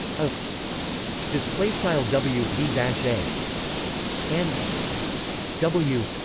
a displaystyle w vdash a e and w?